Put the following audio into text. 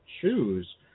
choose